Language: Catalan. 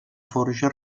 forja